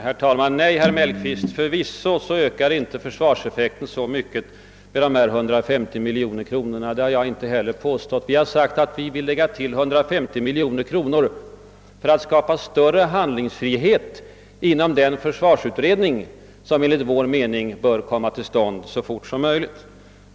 Herr talman! Nej, herr Mellqvist, förvisso ökas inte försvarseffekten så mycket med 150 miljoner kronor. Det har jag heller inte påstått. Vi har sagt att vi vill lägga till 150 miljoner kronor för att skapa större handlingsfrihet inom den försvarsutredning som enligt vår mening bör komma till stånd så fort som möjligt.